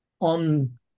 on